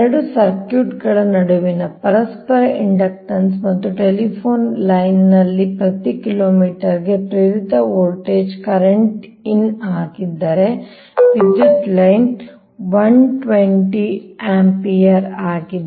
2 circuit ಗಳ ನಡುವಿನ ಪರಸ್ಪರ ಇಂಡಕ್ಟನ್ಸ್ ಮತ್ತು ಟೆಲಿಫೋನ್ ಲೈನ್ ನಲ್ಲಿ ಪ್ರತಿ ಕಿಲೋಮೀಟರ್ಗೆ ಪ್ರೇರಿತ ವೋಲ್ಟೇಜ್ ಕರೆಂಟ್ ಇನ್ ಆಗಿದ್ದರೆ ವಿದ್ಯುತ್ ಲೈನ್ 120 ಆಂಪಿಯರ್ ಆಗಿದೆ